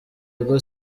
ego